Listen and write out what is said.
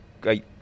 great